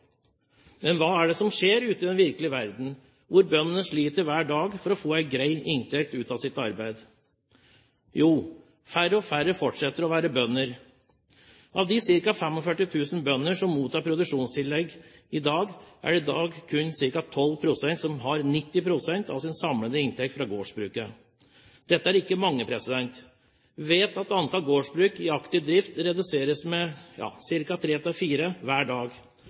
Men hva er det som skjer ute i den virkelige verden, hvor bøndene sliter hver dag for å få en grei inntekt ut av sitt arbeid? Jo, færre og færre fortsetter å være bønder. Av de ca. 45 000 bønder som mottar produksjonstillegg i dag, er det kun ca. 12 pst. som har 90 pst. av sin samlede inntekt fra gårdsbruket. Dette er ikke mange. Vi vet at antall gårdsbruk i aktiv drift reduseres med ca. tre til fire hver dag.